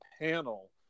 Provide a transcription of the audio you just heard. panel